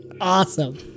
awesome